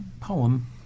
poem